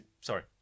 Sorry